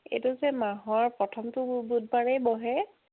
এইটো যে মাহৰ প্ৰথমটো বুধবাৰেই বহে